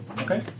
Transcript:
Okay